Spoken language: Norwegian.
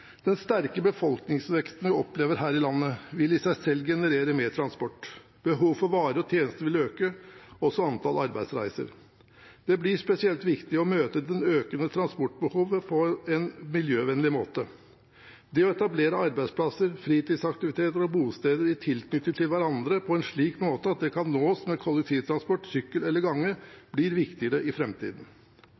Den sterke befolkningsveksten vi opplever her i landet, vil i seg selv generere mer transport. Behovet for varer og tjenester vil øke, også antallet arbeidsreiser. Det blir spesielt viktig å møte det økende transportbehovet på en miljøvennlig måte. Det å etablere arbeidsplasser, fritidsaktiviteter og bosteder i tilknytning til hverandre på en slik måte at de kan nås med kollektivtransport, sykkel eller gange, blir viktigere i